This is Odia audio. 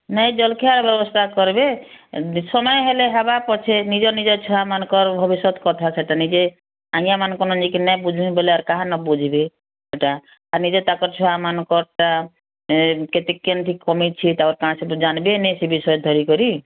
ନାଇଁ ଜଲଖିଆର ବ୍ୟବସ୍ତା କରବେ ସମୟ ହେଲେ ହେବା ପଛେ ନିଜ ନିଜ ଛୁଆ ମାନଙ୍କର ଭବିଷ୍ୟତ କଥା ସେଟା ନିଜେ ଆନିଆ ମାନଙ୍କର ନେଇକି ନ ବୁଝେକେ ବୋଲେ କାହା ବୁଝିବେ ସେଟା ନିଜ ତାଙ୍କ ଛୁଆ ମାନଙ୍କରଟା କେତେ କେମିତି କମିଛି ତା ସହିତ ଜାଣିବେ ସେ ବିଷୟରେ ଧରିକରି